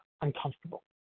uncomfortable